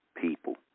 people